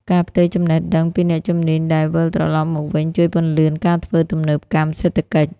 ការផ្ទេរចំណេះដឹង ពីអ្នកជំនាញដែលវិលត្រឡប់មកវិញ ជួយពន្លឿនការធ្វើទំនើបកម្មសេដ្ឋកិច្ច។